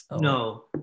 No